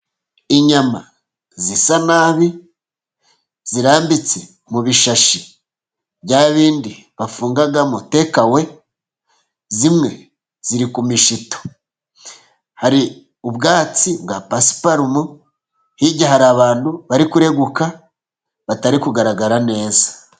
Inyama zisa nabi, zirambitse mu bishashi, bya bindi bafungamo tekawe, zimwe ziri ku mishito, hari ubwatsi bwa Pasiparumu, hirya hari abantu bari kurenguka, batari kugaragara neza.